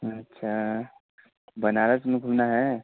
अच्छा बनारस में घूमना है